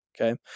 Okay